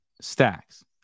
stacks